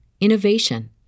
innovation